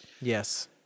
Yes